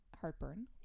heartburn